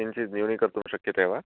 किञ्चित् न्यूनीकर्तुं शक्यते वा